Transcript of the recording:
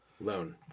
Loan